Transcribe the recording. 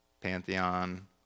pantheon